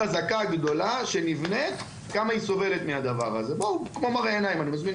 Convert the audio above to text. ועדה שמתכנסת בעצם ונותנת